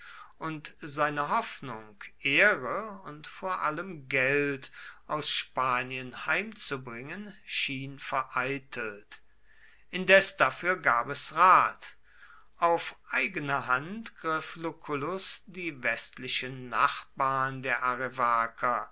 und seine hoffnung ehre und vor allem geld aus spanien heimzubringen schien vereitelt indes dafür gab es rat auf eigene hand griff lucullus die westlichen nachbarn der